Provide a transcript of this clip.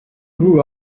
grew